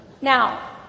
Now